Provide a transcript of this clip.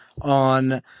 on